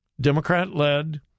Democrat-led